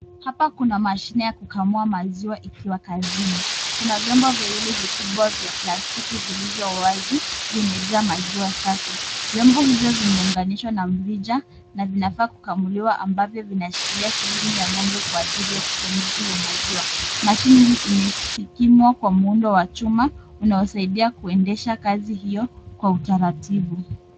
Hapa kuna mashine ya kukamua maziwa ikiwa kazini. Kuna vyombo viwili vikubwa vya plastiki vilivyo wazi, vimejaa maziwa safi. Vyombo hivyo vimeunganishwa na mrija, na vinafaa kukamuliwa ambavyo vinashikilia sehemu ya ng'ombe kwa ajili ya kusindika maziwa. Mashine hii imesikimwa kwa muundo wa chuma, unaosaidia kuendesha kazi hiyo kwa utaratibu.